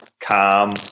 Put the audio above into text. calm